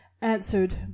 answered